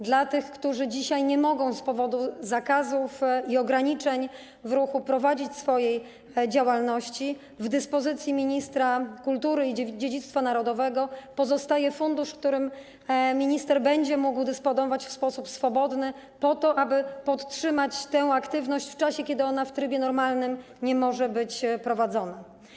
Dla tych, którzy dzisiaj nie mogą z powodu zakazów i ograniczeń w ruchu prowadzić swojej działalności, w dyspozycji ministra kultury i dziedzictwa narodowego pozostaje fundusz, którym minister będzie mógł dysponować w sposób swobodny po to, aby podtrzymać tę aktywność w czasie, kiedy ona w trybie normalnym nie może być prowadzona.